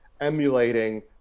emulating